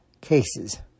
cases